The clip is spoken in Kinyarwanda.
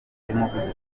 y’umuvuduko